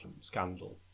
scandal